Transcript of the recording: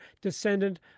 descendant